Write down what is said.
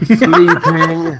sleeping